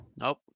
nope